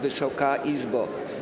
Wysoka Izbo!